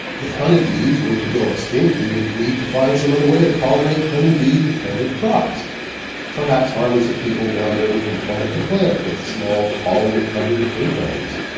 if honeybees were to go extinct we would need to find some other way to pollinate honeybee dependent crops perhaps armies of people wandering from plant to plant with small pollen covered paintbrushes.